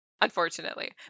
Unfortunately